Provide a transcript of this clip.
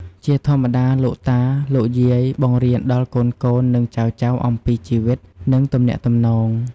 ជាធម្មតា លោកតា លោកយាយ បង្រៀនដល់កូនៗ និងចៅៗអំពីជីវិត និងទំនាក់ទំនង។